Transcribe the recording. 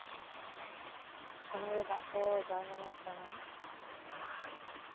ᱥᱚᱢᱚᱭ ᱨᱮ ᱫᱟᱜ ᱠᱚ ᱵᱟᱭ ᱧᱟᱢᱚᱜ ᱠᱟᱱᱟ